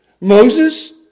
Moses